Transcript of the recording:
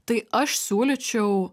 tai aš siūlyčiau